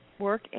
work